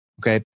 Okay